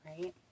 right